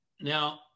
Now